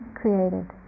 created